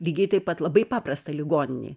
lygiai taip pat labai paprasta ligoninėj